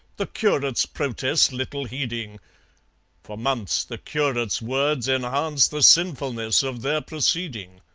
the curate's protests little heeding for months the curate's words enhanced the sinfulness of their proceeding.